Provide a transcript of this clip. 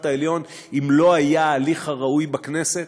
העליון: אם לא היה ההליך הראוי בכנסת,